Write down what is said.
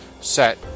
set